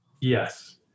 Yes